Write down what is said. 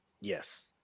Yes